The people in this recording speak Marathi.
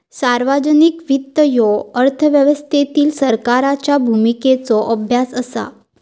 सार्वजनिक वित्त ह्यो अर्थव्यवस्थेतील सरकारच्या भूमिकेचो अभ्यास असा